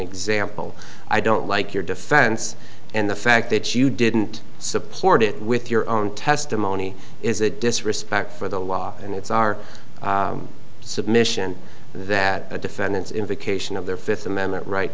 example i don't like your defense and the fact that you didn't support it with your own testimony is a disrespect for the law and it's our submission that the defendant's invocation of their fifth amendment right